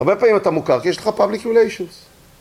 הרבה פעמים אתה מוכר כי יש לך public relations